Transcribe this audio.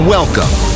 Welcome